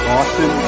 Austin